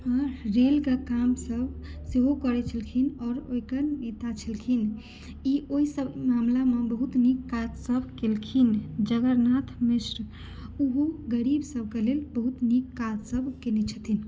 रेलक काज सेहो सेहो करैत छलखिन आओर ओकर नेता छलखिन ई ओहिसभ मामलामे बहुत नीक काजसभ केलखिन जगन्नाथ मिश्र ओहो गरीबसभके लेल बहुत नीक काजसभ कयने छथिन